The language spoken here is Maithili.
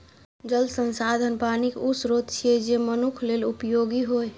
जल संसाधन पानिक ऊ स्रोत छियै, जे मनुक्ख लेल उपयोगी होइ